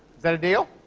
that a deal?